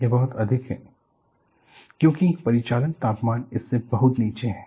यह बहुत अधिक है क्योंकि परिचालन तापमान इससे बहुत नीचे है